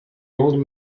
old